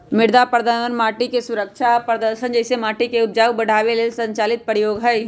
मृदा प्रबन्धन माटिके सुरक्षा आ प्रदर्शन जइसे माटिके उपजाऊ बढ़ाबे लेल संचालित प्रयोग हई